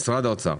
משרד האוצר.